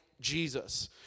Jesus